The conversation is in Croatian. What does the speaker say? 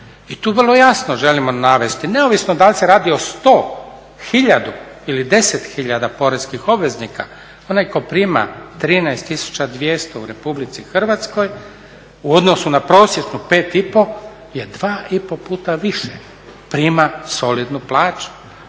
I tu je vrlo jasno želimo navesti, neovisno dal se radi o 100, hiljadu ili 10 hiljada poreskih obveznika, onaj tko prima 13200 u Republici Hrvatskoj u odnosu na prosječnu 5500 je 2,5 puta više prima solidnu plaću